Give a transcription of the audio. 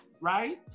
right